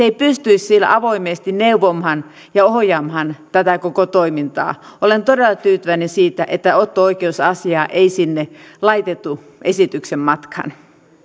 ei pystyisi avoimesti neuvomaan ja ohjaamaan tätä koko toimintaa olen todella tyytyväinen siitä että otto oikeusasiaa ei laitettu sinne esityksen matkaan